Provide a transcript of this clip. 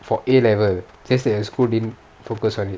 for A level just that your school didn't focus on it